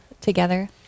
together